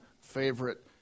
favorite